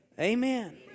Amen